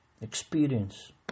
experience